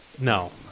No